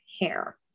hair